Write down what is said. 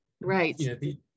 Right